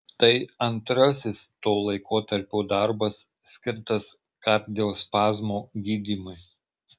tai antrasis to laikotarpio darbas skirtas kardiospazmo gydymui